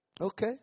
okay